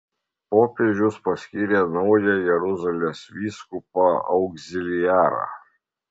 popiežius paskyrė naują jeruzalės vyskupą augziliarą